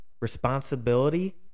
responsibility